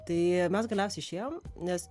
tai mes galiausiai išėjom nes